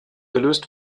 gelöst